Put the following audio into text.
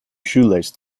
shoelace